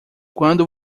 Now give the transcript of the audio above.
quando